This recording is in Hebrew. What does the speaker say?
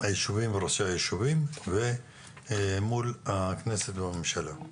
ראשי היישובים ומול הכנסת והממשלה.